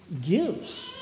gives